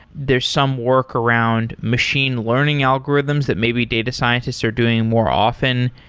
there's some work around machine learning algorithms that maybe data scientists are doing more often.